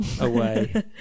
away